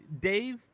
Dave